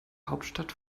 hauptstadt